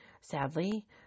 Sadly